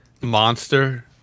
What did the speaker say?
monster